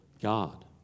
God